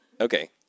Okay